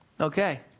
Okay